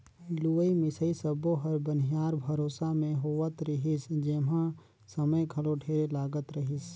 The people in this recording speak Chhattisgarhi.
लुवई मिंसई सब्बो हर बनिहार भरोसा मे होवत रिहिस जेम्हा समय घलो ढेरे लागत रहीस